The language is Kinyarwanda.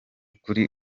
kuri